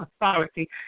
authority